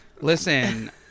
listen